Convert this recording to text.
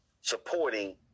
supporting